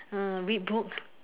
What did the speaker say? hmm read book